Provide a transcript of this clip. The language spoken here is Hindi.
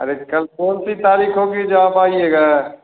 अरे कल कौन सी तारीख होगी जो आप आइएगा